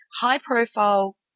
High-profile